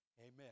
Amen